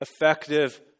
effective